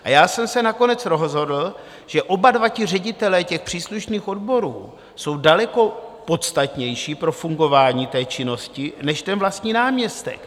Já jsem se nakonec rozhodl, že oba dva ředitelé příslušných odborů jsou daleko podstatnější pro fungování činnosti než ten vlastní náměstek.